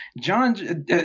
John